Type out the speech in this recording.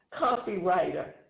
copywriter